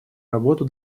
работу